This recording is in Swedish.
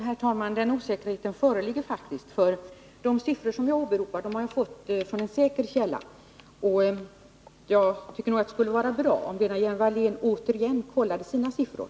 Herr talman! Jo, denna osäkerhet föreligger faktiskt, för de siffror som jag åberopar har jag fått från säker källa. Det skulle vara bra om Lena Hjelm-Wallén återigen kollade sina siffror.